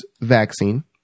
vaccine